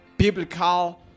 Biblical